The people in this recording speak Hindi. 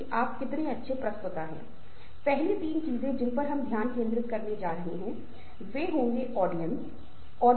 और यह महसूस करना बहुत महत्वपूर्ण है कि नई तकनीक के आगमन के साथ जिस तरह से हम संवाद करते हैं वह बदल गया है